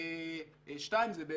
דבר שני,